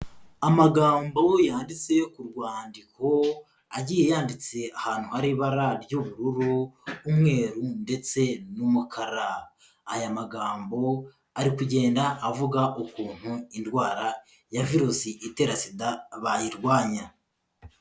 Amagambo yanditse ku rwandiko agiye yanditse ahantu hari ibara ry'ubururu, umweru ndetse n'umukara, aya magambo ari kugenda avuga ukuntu indwara ya virusi itera SIDA bayirwanya.